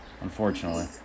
unfortunately